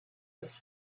was